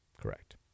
Correct